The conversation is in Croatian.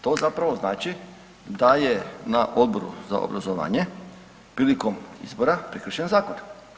To zapravo znači da je na Odboru za obrazovanje prilikom izbora prekršen zakon.